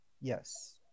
yes